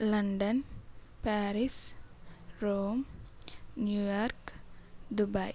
London Paris Rome New York Dubai